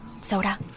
Soda